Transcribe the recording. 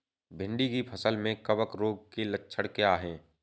भिंडी की फसल में कवक रोग के लक्षण क्या है?